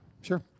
Sure